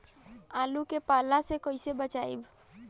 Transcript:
आलु के पाला से कईसे बचाईब?